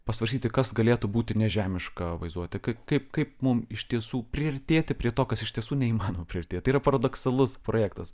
pasvarstyti kas galėtų būti nežemiška vaizduotė kaip kaip mum iš tiesų priartėti prie to kas iš tiesų neįmanoma priartėti tai yra paradoksalus projektas